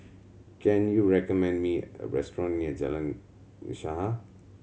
can you recommend me a restaurant near Jalan Usaha